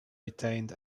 retained